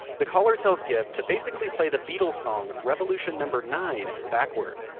the caller tells gibb to basically play the beatles song revolution number nine backward.